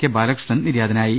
K Balakrishnan നിര്യാതനാ യി